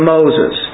Moses